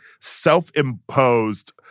self-imposed